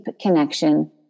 connection